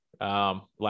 last